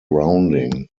rounding